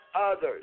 others